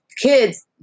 kids